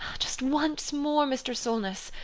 just once more, mr. solness!